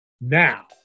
Now